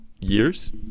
years